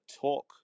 talk